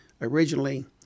originally